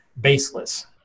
baseless